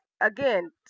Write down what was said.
again